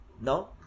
no